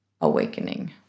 awakening